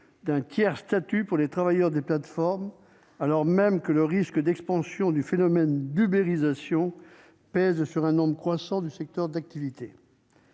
d'un tiers-statut pour les travailleurs des plateformes, alors même que le risque d'expansion du phénomène d'ubérisation pèse sur un nombre croissant de secteurs d'activité.